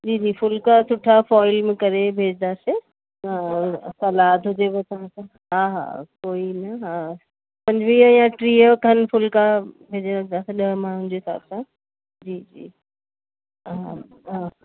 जी जी फ़ुल्का सुठा फ़ॉइल में करे भेजदासीं हा सलाद हुजेव त हा हा उहो ई न हा पंजवीह या टीह खनि फ़ुल्का भेजे रखदासीं ॾह माण्हूनि जे हिसाब सां जी जी हा हा